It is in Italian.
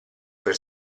per